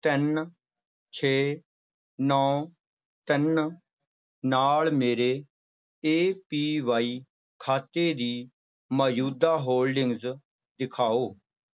ਤਿੰਨ ਛੇ ਨੌ ਤਿੰਨ ਨਾਲ ਮੇਰੇ ਏ ਪੀ ਵਾਈ ਖਾਤੇ ਦੀ ਮੌਜੂਦਾ ਹੋਲਡਿੰਗ ਦਿਖਾਓ